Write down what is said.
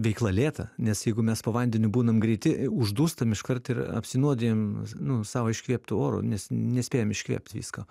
veikla lėta nes jeigu mes po vandeniu būnam greiti uždūstam iškart ir apsinuodijam nu savo iškvėptu oru nes nespėjam iškvėpt viską